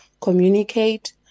communicate